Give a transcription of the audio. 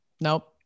Nope